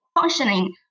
functioning